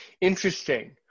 Interesting